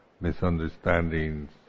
misunderstandings